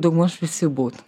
daugmaž visi būt